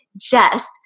Jess